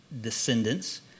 descendants